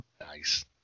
Nice